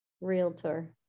realtor